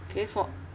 K for